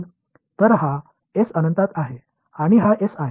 எனவே இது S முடிவிலி மற்றும் இது S